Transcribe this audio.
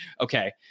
Okay